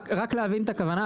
רק להבין את הכוונה.